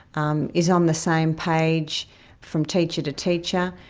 um is on the same page from teacher to teacher,